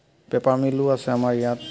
paper mill আছে আমাৰ ইয়াত